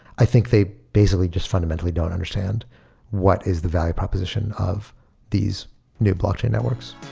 i think they basically just fundamentally don't understand what is the value proposition of these new blocking networks.